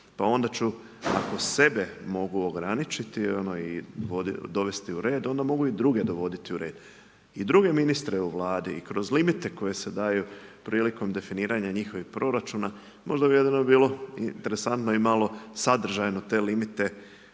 pa onda ću, ako sebe mogu ograničiti i dovesti u red, onda mogu i druge dovesti u red. I druge ministre u Vladi i kroz limite koji se daju prilikom definiranju njihovog proračuna, možda bi bilo interesantno i malo sadržajno te limite